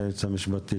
הוועדה